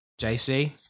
JC